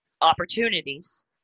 opportunities